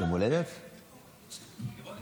להגיד מזל טוב ללירון עד שאני בא, יום הולדת?